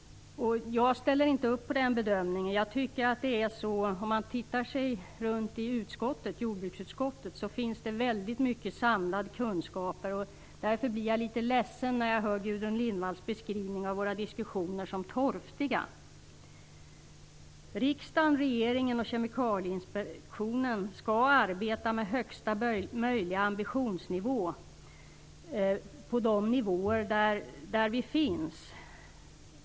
Jag ställer inte upp på den bedömningen. I jordbruksutskottet finns det ju väldigt mycket av samlade kunskaper. Därför blir jag litet ledsen när Gudrun Lindvall beskriver våra diskussioner som torftiga. Riksdagen, regeringen och Kemikalieinspektionen skall arbeta med högsta möjliga ambitionsnivå på de nivåer där vi finns.